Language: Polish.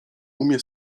umie